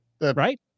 Right